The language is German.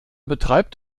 betreibt